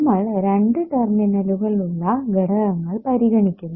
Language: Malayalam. നമ്മൾ രണ്ട് ടെർമിനലുകൾ ഉള്ള ഘടകങ്ങൾ പരിഗണിക്കുന്നു